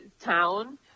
town